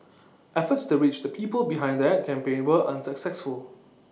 efforts to reach the people behind that campaign were unsuccessful